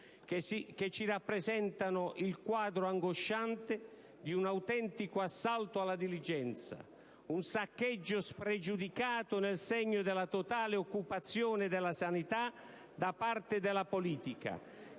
che ci rappresentano il quadro angosciante di un autentico assalto alla diligenza, un saccheggio spregiudicato nel segno della totale occupazione della sanità da parte della politica,